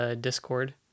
discord